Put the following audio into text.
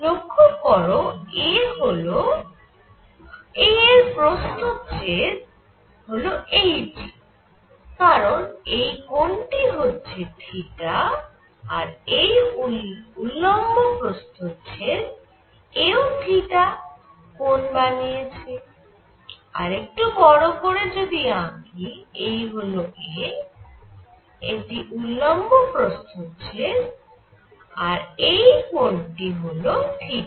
লক্ষ্য করো a এর প্রস্থচ্ছেদ হল এইটি কারণ এই কোণটি হচ্ছে থিটা আর এই উল্লম্ব প্রস্থচ্ছেদ এও থিটা কোণ বানিয়েছে আরেকটু বড় করে যদি আঁকি এই হল a এটি উল্লম্ব প্রস্থচ্ছেদআর এই কোণ টি হল থিটা